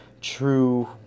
true